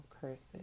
curses